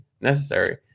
necessary